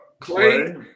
Clay